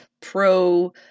pro